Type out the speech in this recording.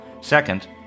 Second